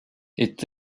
est